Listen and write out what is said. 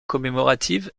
commémorative